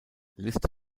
liste